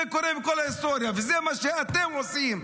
זה קורה בכל ההיסטוריה וזה מה שאתם עושים.